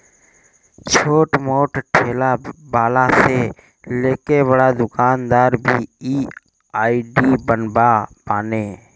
छोट मोट ठेला वाला से लेके बड़ दुकानदार भी इ आई.डी बनवले बाने